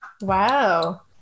Wow